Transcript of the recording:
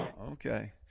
Okay